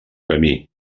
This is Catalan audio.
camí